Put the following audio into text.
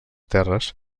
terres